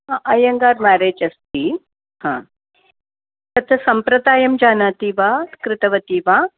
Iyengar marriage अस्ति हा तत्र सम्प्रदायं जानाति वा कृतवती वा